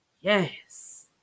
yes